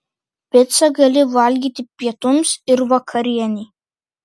picą gali valgyti pietums ir vakarienei